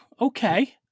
okay